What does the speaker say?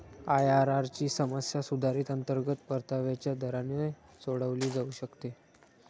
IRR ची समस्या सुधारित अंतर्गत परताव्याच्या दराने सोडवली जाऊ शकते